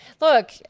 look